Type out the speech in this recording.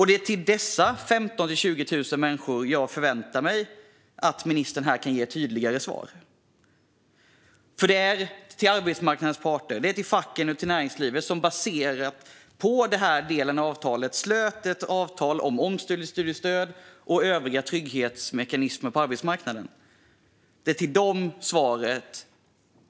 Det är till dessa 15 000-20 000 människor jag förväntar mig att ministern kan ge tydligare svar här. Också arbetsmarknadens parter, facken och näringslivet, som baserat på denna del av avtalet slöt avtal om omställningsstudiestöd och övriga trygghetsmekanismer på arbetsmarknaden, behöver få ett svar.